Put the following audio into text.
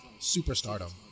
superstardom